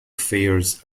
fairs